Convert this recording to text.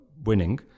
winning